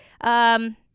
Um-